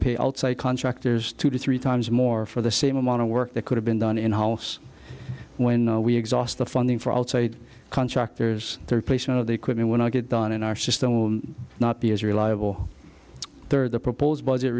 pay outside contractors two to three times more for the same amount of work that could have been done in house when we exhaust the funding for contractors the replacement of the equipment when i get done in our system will not be as reliable third the proposed budget